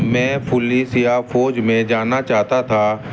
میں پولیس یا فوج میں جانا چاہتا تھا